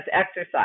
exercise